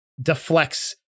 deflects